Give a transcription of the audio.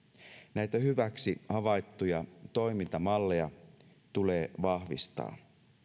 näitä hyväksi havaittuja toimintamalleja tulee vahvistaa